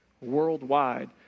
Worldwide